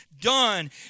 done